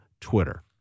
Twitter